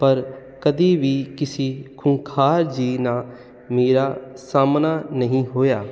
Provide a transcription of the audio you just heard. ਪਰ ਕਦੇ ਵੀ ਕਿਸੀ ਖੂੰਖਾਰ ਜੀਅ ਨਾ ਮੇਰਾ ਸਾਹਮਣਾ ਨਹੀਂ ਹੋਇਆ